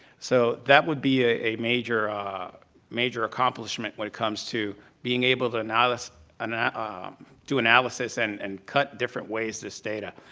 so that would be a major ah major accomplishment when it comes to being able to and do analysis and and cut different ways, this data,